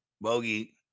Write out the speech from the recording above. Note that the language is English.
Bogey